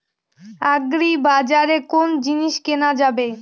আগ্রিবাজারে কোন জিনিস কেনা যাবে?